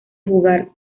jugar